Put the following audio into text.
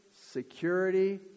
security